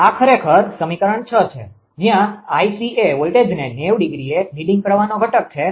આ ખરેખર સમીકરણ છે જ્યાં 𝐼𝑐 એ વોલ્ટેજને 90°એ લીડીંગ પ્રવાહનો ઘટક છે